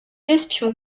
espions